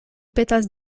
petas